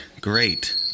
great